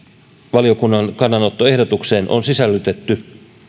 valiokunnan kannanottoehdotukseen on sisällytetty